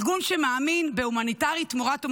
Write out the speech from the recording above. הארגון מאמין בהומניטרי תמורת הומניטרי,